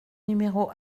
numéro